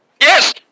Yes